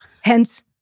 Hence